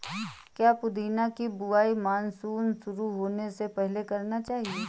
क्या पुदीना की बुवाई मानसून शुरू होने से पहले करना चाहिए?